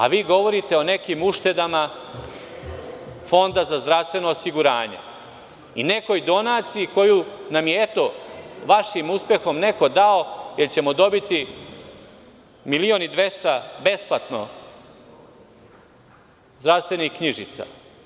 A vi govorite o nekim uštedama Fonda za zdravstveno osiguranje i nekoj donaciji koju nam je, eto, vašim uspehom neko dao, jer ćemo dobiti 1.2 miliona besplatno zdravstvenih knjižica.